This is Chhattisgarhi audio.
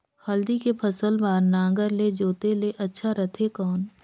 हल्दी के फसल बार नागर ले जोते ले अच्छा रथे कौन?